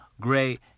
great